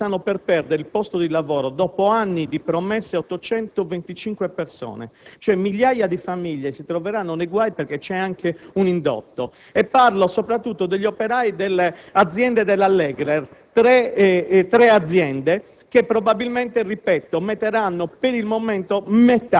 terribile industriale diventi un momento sociale di grande tensione. Nel centro della Sardegna stanno per perdere il posto di lavoro, dopo anni di promesse, 825 persone. Migliaia di famiglie si troveranno nei guai, perché esiste un indotto. Mi riferisco soprattutto agli operai delle tre aziende del